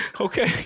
Okay